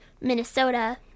Minnesota